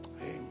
Amen